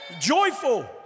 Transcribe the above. Joyful